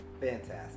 Fantastic